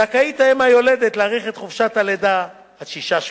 זכאית האם היולדת להאריך את חופשת הלידה עד שישה שבועות.